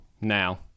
now